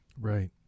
right